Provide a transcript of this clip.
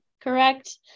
correct